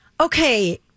okay